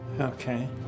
Okay